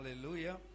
hallelujah